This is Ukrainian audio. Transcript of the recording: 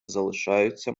залишаються